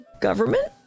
government